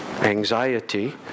anxiety